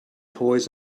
toys